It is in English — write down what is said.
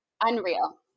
unreal